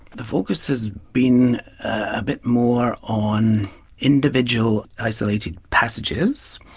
the focus has been a bit more on individual isolated passages.